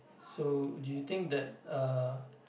so do you think that uh